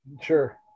Sure